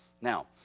Now